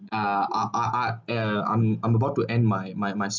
ah ah ah ah eh I'm I'm about to end my my my